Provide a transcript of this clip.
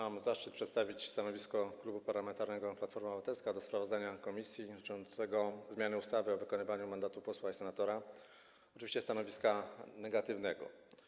Mam zaszczyt przedstawić stanowisko Klubu Parlamentarnego Platforma Obywatelska w sprawie sprawozdania komisji dotyczącego zmiany ustawy o wykonywaniu mandatu posła i senatora, oczywiście stanowisko negatywne.